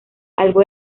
algo